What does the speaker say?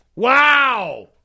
Wow